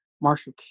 Marshall